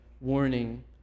warning